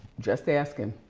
just asking.